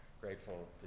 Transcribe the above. grateful